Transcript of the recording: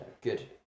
good